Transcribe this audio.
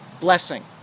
blessing